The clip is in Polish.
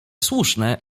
słuszne